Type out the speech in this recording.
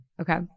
okay